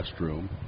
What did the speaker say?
restroom